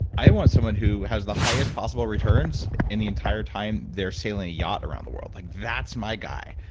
i want someone who has the highest possible returns in the entire time they're sailing yacht around the world. like that's my guy,